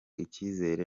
ikizere